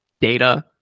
data